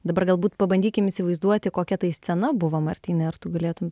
dabar galbūt pabandykim įsivaizduoti kokia tai scena buvo martynai ar tu galėtum